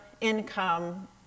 income